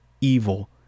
evil